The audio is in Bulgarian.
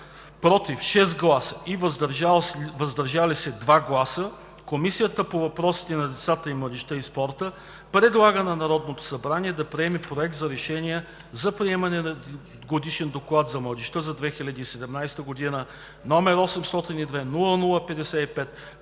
„против“ и 2 „въздържал се“ Комисията по въпросите на децата, младежта и спорта предлага на Народното събрание да приеме Проект за решение за приемане на Годишен доклад за младежта за 2017 г., № 802-00-55,